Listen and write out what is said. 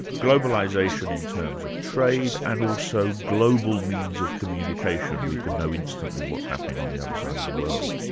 globalisation in terms of trade, and also global means of communication we can know instantly what's happening on the other side of the world.